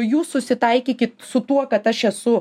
jūs susitaikykit su tuo kad aš esu